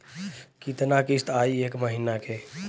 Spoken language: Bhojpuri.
कितना किस्त आई एक महीना के?